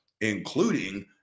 including